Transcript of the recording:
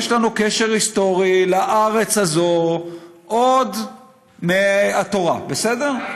יש לנו קשר היסטורי לארץ הזו עוד מהתורה, בסדר?